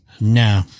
no